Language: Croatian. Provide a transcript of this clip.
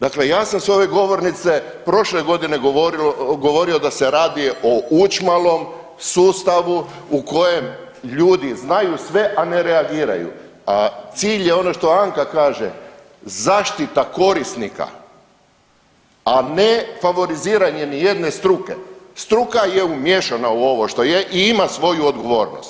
Dakle ja sam s ove govornice prošle godine govorio da se radi o učmalom sustavu u kojem ljudi znaju sve, a ne reagiraju, a cilj je ono što Anka kaže, zaštita korisnika, a ne favoriziranje ni jedne struke, struka je umiješana u ovo što je i ima svoju odgovornost.